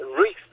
risk